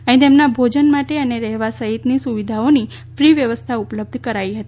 અહીં તેમના માટે ભોજન અને રહેવા સહિતની સુવિધાઓની ફ્રી વ્યવસ્થા ઉપલબ્ધ કરાઈ હતી